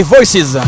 Voices